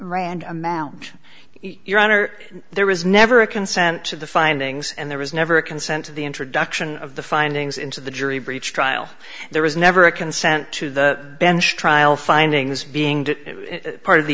random out your honor there was never a consent to the findings and there was never a consent to the introduction of the findings into the jury breech trial there was never a consent to the bench trial findings being part of the